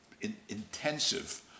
intensive